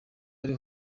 ari